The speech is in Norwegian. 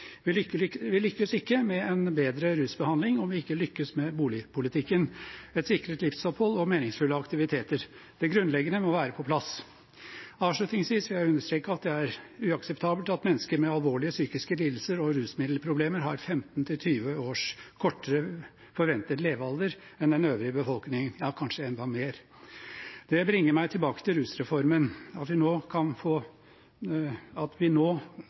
Vi lykkes ikke med en bedre rusbehandling om vi ikke lykkes med boligpolitikken, et sikret livsopphold og meningsfylte aktiviteter. Det grunnleggende må være på plass. Avslutningsvis vil jeg understreke at det er uakseptabelt at mennesker med alvorlige psykiske lidelser og rusmiddelproblemer har 15–20 års kortere forventet levealder enn den øvrige befolkningen – ja, kanskje enda mer. Det bringer meg tilbake til rusreformen. At vi nå kan få